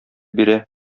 бирә